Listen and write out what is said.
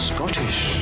Scottish